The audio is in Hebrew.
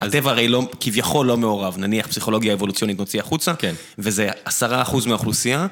הטבע הרי כביכול לא מעורב, נניח, פסיכולוגיה אבולוציונית נוציא החוצה וזה 10% מהאוכלוסייה